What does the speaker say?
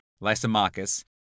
Lysimachus